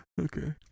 Okay